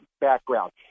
background